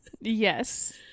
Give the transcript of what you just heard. yes